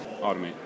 Automate